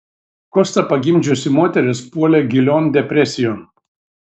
kostą pagimdžiusi moteris puolė gilion depresijon